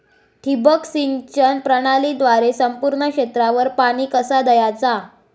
ठिबक सिंचन प्रणालीद्वारे संपूर्ण क्षेत्रावर पाणी कसा दयाचा?